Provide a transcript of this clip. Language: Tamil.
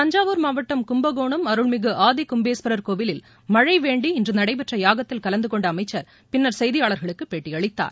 தஞ்சாவூர் மாவட்டம் கும்பகோணம் அருள்மிகு ஆதி கும்பேஸ்வரர் கோவிலில் மழழ வேண்டி இன்று நடைபெற்ற யாகத்தில் கலந்து கொண்ட அமைச்சர் பின்னர் செய்தியாளர்களுக்கு பேட்டியளித்தார்